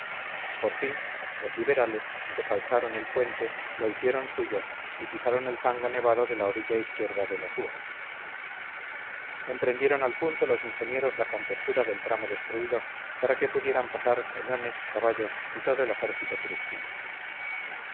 por fin los liberales se calzaron el puente lo hicieron suyo y pisaron el fango nevado de la orilla izquierda del azúa emprendieron al punto los ingenieros la compostura del tramo destruido para que pudieran pasar cañones caballos y todo el ejército cristino